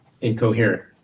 Incoherent